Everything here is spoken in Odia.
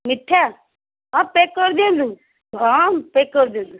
ମିଠା ହଁ ପ୍ୟାକ୍ କର ଦିଅନ୍ତୁ ହଁ ପ୍ୟାକ୍ କରଦିଅନ୍ତୁ